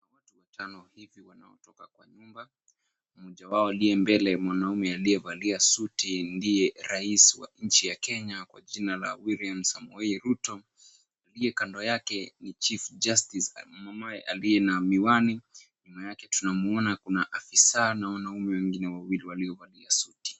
Watu watano hivi wanaotoka kwa nyumba, mmoja wao aliye mbele, mwanaume aliyevalia suti, ni raisi wa nchi ya Kenya kwa jina, William Samoei Ruto, aliye kando yake ni chief justice ambaye aliye na miwani. Nyuma yake tunaona kuna afisa na wanaume wengine wawili, waliovalia suti.